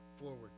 forward